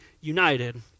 united